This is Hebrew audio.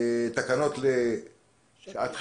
תקנות לשעת חירות,